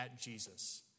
Jesus